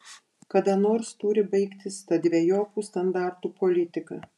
kada nors turi baigtis ta dvejopų standartų politika